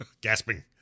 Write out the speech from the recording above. Gasping